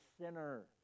sinner